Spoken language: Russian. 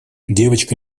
девочка